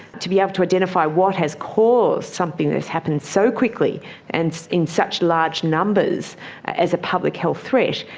to be able to identify what has caused something that has happened so quickly and in such large numbers as a public health threat,